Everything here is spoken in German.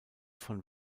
von